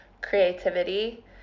creativity